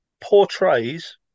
portrays